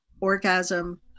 orgasm